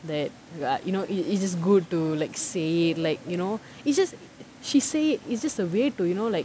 that a~ you know it~ it's good to like say it like you know it's just she say it's just a way to you know like